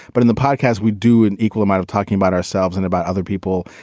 but in the podcast, we do an equal amount of talking about ourselves and about other people.